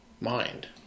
mind